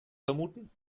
vermuten